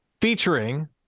featuring